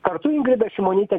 kartu ingrida šimonytė